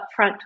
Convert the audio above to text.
upfront